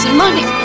money